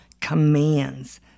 commands